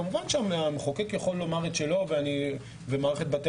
כמובן שהמחוקק יכול לומר את שלו ומערכת בתי